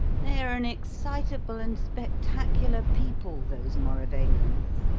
they are an excitable and spectacular people, those mauravanians,